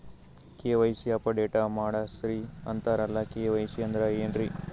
KYC update ಮಾಡಸ್ರೀ ಅಂತರಲ್ಲ KYC ಅಂದ್ರ ಏನ್ರೀ?